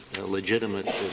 legitimate